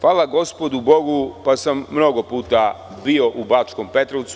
Hvala gospodu Bogu pa sam mnogo puta bio u Bačkom Petrovcu.